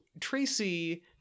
Tracy